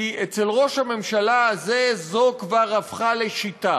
כי אצל ראש הממשלה הזה זו כבר שיטה.